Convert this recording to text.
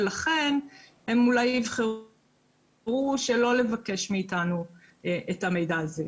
ולכן הן אולי יבחרו שלא לבקש מאיתנו את המידע הזה.